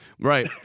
Right